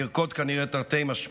לרקוד, כנראה, תרתי משמע.